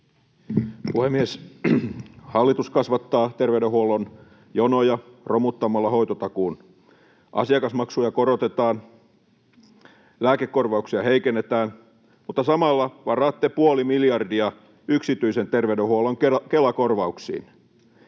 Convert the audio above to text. Puhemies! Hallitus kasvattaa terveydenhuollon jonoja romuttamalla hoitotakuun, asiakasmaksuja korotetaan, lääkekorvauksia heikennetään, mutta samalla varaatte puoli miljardia yksityisen terveydenhuollon Kela-korvauksiin.